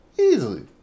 Easily